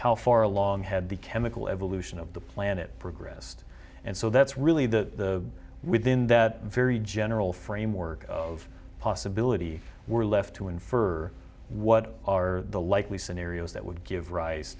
how far along had the chemical evolution of the planet progressed and so that's really the within that very general framework of possibility we're left to infer what are the likely scenarios that would give rise